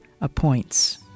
appoints